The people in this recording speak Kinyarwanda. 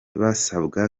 basabwa